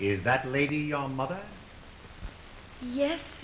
is that lady on mother yes